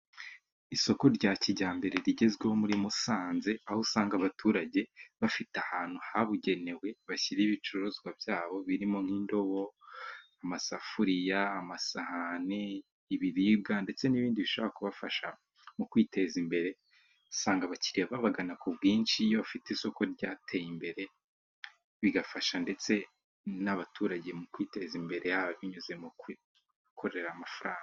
Isoko rya kijyambere rigezweho muri Musanze aho usanga abaturage bafite ahantu habugenewe bashyira ibicuruzwa byabo birimo nk'indobo, amasafuriya, amasahani, ibiribwa ndetse n'ibindi bishobora kubafasha mu kwiteza imbere usanga abakiliriya babagana ku bwinshi iyo bafite isoko ryateye imbere bigafasha ndetse n'abaturage mu kwiteza imbere haba binyuze mu kwikorera amafaranga.